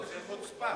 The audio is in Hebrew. זו חוצפה.